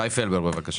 שי פלבר, בבקשה.